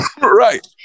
Right